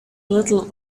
little